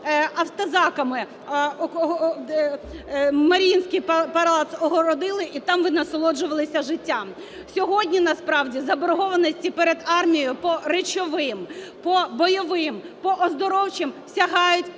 автозаками Маріїнський палац огородили, і там ви насолоджувалися життям. Сьогодні насправді заборгованості перед армією по речовим, по бойовим, по оздоровчим сягають